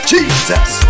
Jesus